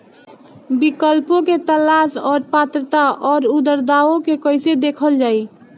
विकल्पों के तलाश और पात्रता और अउरदावों के कइसे देखल जाइ?